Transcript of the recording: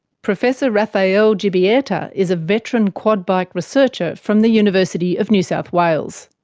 professor raphael grzebieta is a veteran quad bike researcher from the university of new south wales.